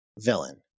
villain